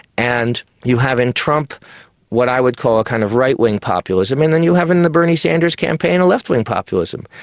and you have in trump what i would call a kind of right-wing populism, and then you have in in the bernie sanders campaign a left-wing populism.